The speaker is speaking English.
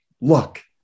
Look